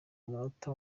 munota